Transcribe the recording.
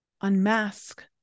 unmask